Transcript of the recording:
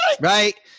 right